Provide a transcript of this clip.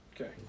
Okay